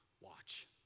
watch